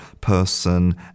person